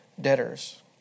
debtors